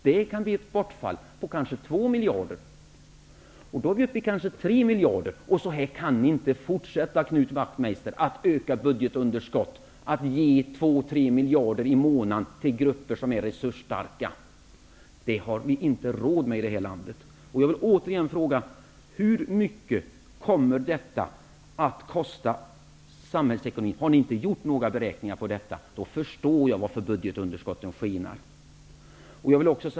Det kan bli ett bortfall på kanske 2 miljarder. Då är vi snart uppe vid kanske 3 miljarder. Ni kan inte fortsätta, Knut Wachtmeister, att öka budgetunderskott med att ge 2--3 miljarder i månaden till grupper som är resursstarka. Det har vi inte råd med i det här landet. Jag vill återigen fråga: Hur mycket kommer detta att kosta samhällsekonomin? Har ni inte gjort några beräkningar, då förstår jag varför budgetunderskotten skenar.